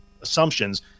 assumptions